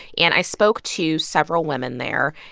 and i spoke to several women there.